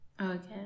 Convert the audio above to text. Okay